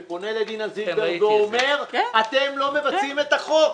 שפונה לדינה זילבר ואומר: אתם לא מבצעים את החוק.